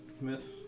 Miss